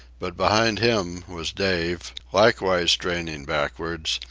but behind him was dave, likewise straining backward,